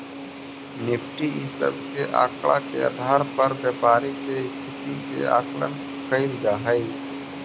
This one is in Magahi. निफ़्टी इ सब के आकड़ा के आधार पर व्यापारी के स्थिति के आकलन कैइल जा हई